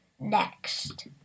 next